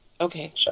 Okay